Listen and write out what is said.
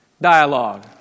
dialogue